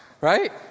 right